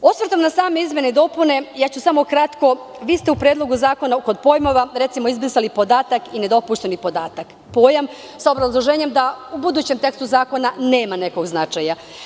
Osvrtom na same izmene i dopune, ja ću samo kratko, vi ste u Predlogu zakona kod pojmova izbrisali pojam - podatak i nedopušteni podatak, sa obrazloženjem da u budućem tekstu zakona nema nekog značaja.